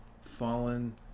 fallen